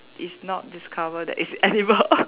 it's not discover that it's edible